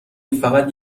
فقط